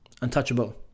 untouchable